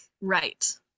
right